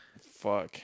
fuck